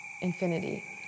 infinity